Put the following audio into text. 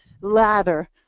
ladder